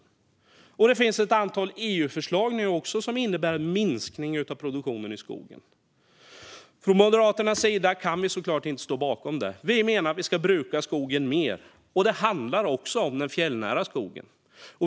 Nu finns också ett antal EU-förslag som innebär en minskning av produktionen i skogen. Moderaterna kan såklart inte stå bakom detta, utan vi menar att vi ska bruka skogen mer. Det handlar också om den fjällnära skogen.